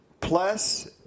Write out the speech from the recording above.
Plus